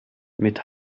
mit